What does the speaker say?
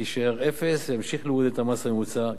יישאר אפס וימשיך להוריד את המס הממוצע,